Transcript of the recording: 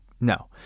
no